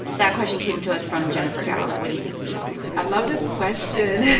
that question came to us from jennifer gowl what do you think, michelle? i love this question